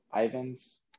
Ivan's